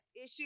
issue